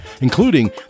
including